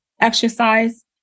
exercise